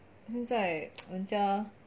现在人家